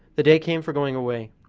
the day came for going away.